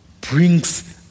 Brings